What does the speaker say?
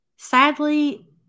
Sadly